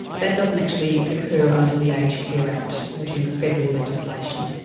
that doesn't actually occur under the aged care act, which is federal legislation.